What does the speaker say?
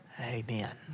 Amen